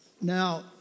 Now